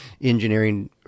engineering